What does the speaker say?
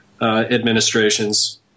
administrations